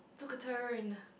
took a turn